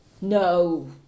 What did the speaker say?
No